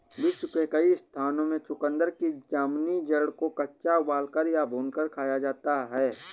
विश्व के कई स्थानों में चुकंदर की जामुनी जड़ को कच्चा उबालकर या भूनकर खाया जाता है